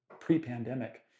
pre-pandemic